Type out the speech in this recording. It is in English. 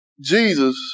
Jesus